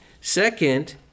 Second